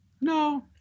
No